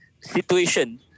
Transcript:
situation